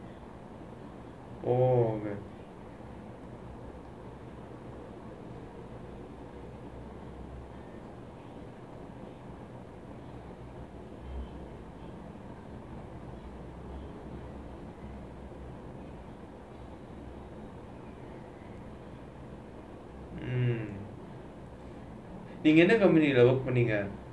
oh um நீங்க என்ன:ningga enna company leh work பண்ணீங்க:panningga